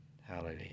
Hallelujah